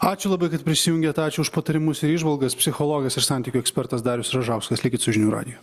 ačiū labai kad prisijungėt ačiū už patarimus ir įžvalgas psichologas ir santykių ekspertas darius ražauskas likit su žinių radiju